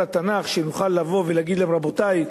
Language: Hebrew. התנ"ך שנוכל לבוא ולהגיד להם: רבותי,